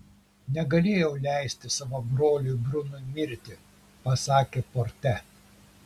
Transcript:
negalėjau leisti savo broliui brunui mirti pasakė porte